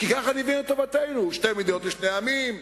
כי ככה אני מבין את טובתנו: שני מדינות לשני עמים,